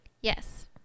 Yes